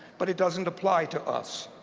but it doesn't apply to us.